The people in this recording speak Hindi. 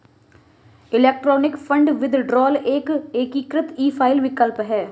इलेक्ट्रॉनिक फ़ंड विदड्रॉल एक एकीकृत ई फ़ाइल विकल्प है